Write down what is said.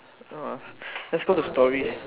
orh let's go to stories